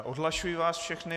Odhlašuji vás všechny.